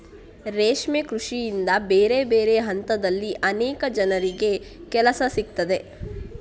ರೇಷ್ಮೆ ಕೃಷಿಯಿಂದ ಬೇರೆ ಬೇರೆ ಹಂತದಲ್ಲಿ ಅನೇಕ ಜನರಿಗೆ ಕೆಲಸ ಸಿಗ್ತದೆ